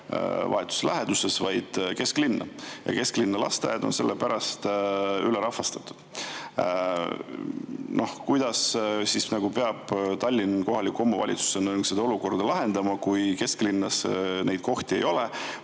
vahetus läheduses, vaid kesklinna, ja kesklinna lasteaiad on sellepärast ülerahvastatud. Kuidas siis peab Tallinn kohaliku omavalitsusena selle olukorra lahendama, kui kesklinnas neid kohti ei ole?